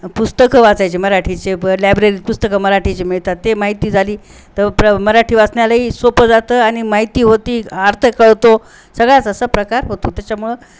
पुस्तकं वाचायचे मराठीचे ब लायब्ररी पुस्तकं मराठीचे मिळतात ते माहिती झाली तर प्र मराठी वाचण्यालाही सोपं जातं आणि माहिती होती अर्थ कळतो सगळाच असा प्रकार होतो त्याच्यामुळं